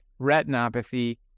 retinopathy